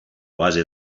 base